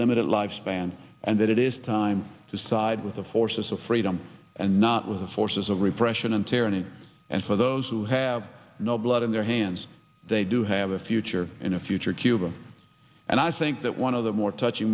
limited lifespan and that it is time to side with the forces of freedom and not with the forces of repression and tyranny and for those who have no blood in their hands they do have a future in a future cuba and i think that one of the more touch